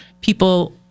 people